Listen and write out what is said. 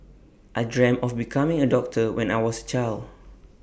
I dreamt of becoming A doctor when I was child